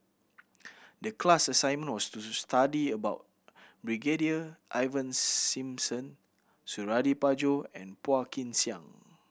the class assignment was study about Brigadier Ivan Simson Suradi Parjo and Phua Kin Siang